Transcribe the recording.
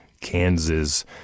Kansas